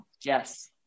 yes